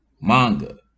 manga